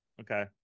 Okay